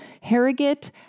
Harrogate